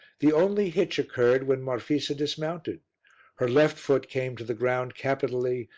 the only hitch occurred when marfisa dismounted her left foot came to the ground capitally,